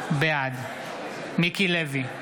בעד מיקי לוי,